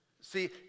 See